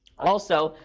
also,